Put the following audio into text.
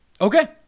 Okay